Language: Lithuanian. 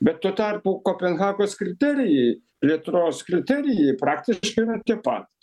bet tuo tarpu kopenhagos kriterijai plėtros kriterijai praktiškai yra tie patys